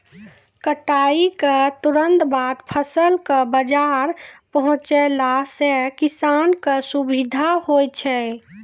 कटाई क तुरंत बाद फसल कॅ बाजार पहुंचैला सें किसान कॅ सुविधा होय छै